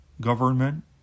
government